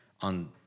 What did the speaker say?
on